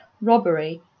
robbery